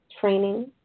training